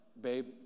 babe